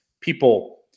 people